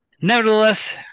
nevertheless